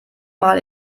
mal